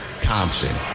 Thompson